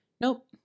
nope